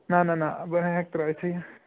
نہَ نہَ بہٕ ہیٚکہٕ نہٕ ترٛٲیِتھٕے